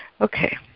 Okay